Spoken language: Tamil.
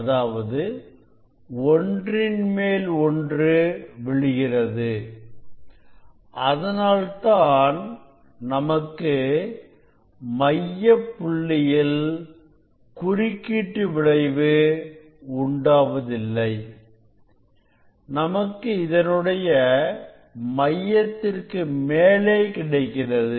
அதாவது ஒன்றின்மேல் ஒன்று விழுகிறது அதனால்தான் நமக்கு மையப்புள்ளியில் குறுக்கீட்டு விளைவு உண்டாவதில்லை நமக்கு இதனுடைய மையத்திற்கு மேலே கிடைக்கிறது